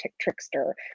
trickster